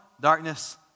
darkness